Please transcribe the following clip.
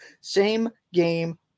same-game